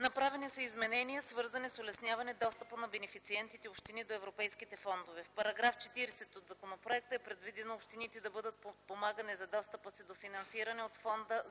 Направени са изменения, свързани с улесняване достъпа на бенефициентите – общини до европейските фондове. В § 40 от законопроекта е предвидено общините да бъдат подпомагани за достъпа си до финансиране от Фонда за